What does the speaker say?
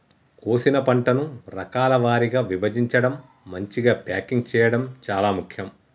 కోసిన పంటను రకాల వారీగా విభజించడం, మంచిగ ప్యాకింగ్ చేయడం చాలా ముఖ్యం